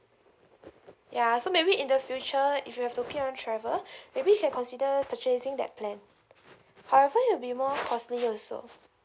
yeah so maybe in the future if you have to on travel maybe you can consider purchasing that plan however it will be more costly also